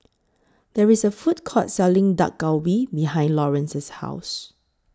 There IS A Food Court Selling Dak Galbi behind Laurence's House